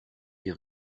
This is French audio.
des